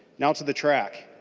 now for the track.